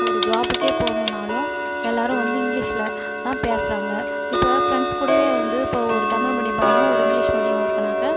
ஒரு ஜாபிக்கே போகனுனாலும் எல்லாரும் வந்து இங்கிலீஷில் தான் பேசுறாங்க இப்போ ஃப்ரெண்ட்ஸ் கூடவே வந்து ஒரு தமிழ் மீடியம் பையன் ஒரு இங்கிலீஷ் மீடியம் இருகனாக்க